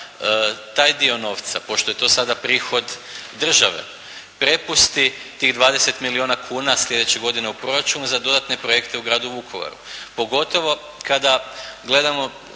taj dio novca, pošto je to sada prihod države, prepusti tih 20 milijuna kuna sljedeće godine u proračun za dodatne projekte u gradu Vukovaru? Pogotovo kada gledamo